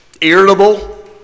irritable